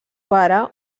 pare